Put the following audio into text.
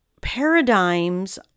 Paradigms